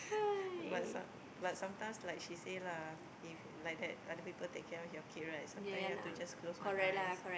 but some but sometimes like she say lah if like that other people take care of your kid right sometimes you have to just close one eyes